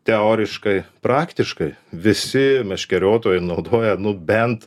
teoriškai praktiškai visi meškeriotojai naudoja nu bent